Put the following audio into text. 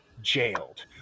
jailed